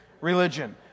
religion